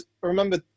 remember